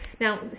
Now